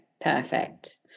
perfect